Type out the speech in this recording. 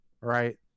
Right